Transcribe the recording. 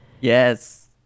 Yes